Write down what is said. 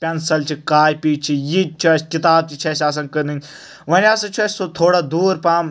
pencil چھ copy چھِ یہِ تہِ چھ اسہِ کِتاب تہِ چھ اسہِ آسان کٕنٕنۍ وۄنۍ ہسا چھُ اسہِ سُہ تھوڑا دوٗر پہم